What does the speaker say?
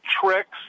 tricks